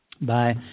Bye